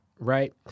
Right